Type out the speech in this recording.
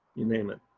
you name it.